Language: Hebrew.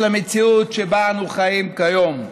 למציאות שבה אנו חיים כיום.